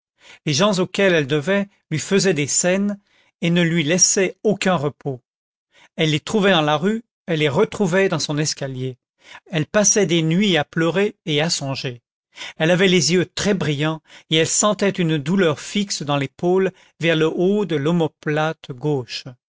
les gens auxquels elle devait lui faisaient des scènes et ne lui laissaient aucun repos elle les trouvait dans la rue elle les retrouvait dans son escalier elle passait des nuits à pleurer et à songer elle avait les yeux très brillants et elle sentait une douleur fixe dans l'épaule vers le haut de l'omoplate gauche